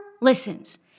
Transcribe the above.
listens